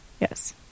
Yes